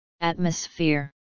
Atmosphere